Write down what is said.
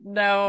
no